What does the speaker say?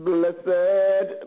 Blessed